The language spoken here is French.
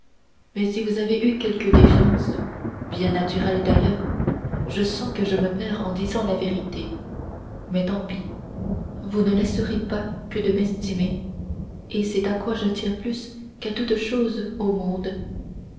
mais si vous avez eu quelque défiance bien naturelle d'ailleurs je sens que je me perds en disant la vérité mais tant pis vous ne laisserez pas que de m'estimer et c'est à quoi je tiens plus qu'à toute chose au monde